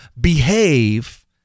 behave